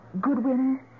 Goodwin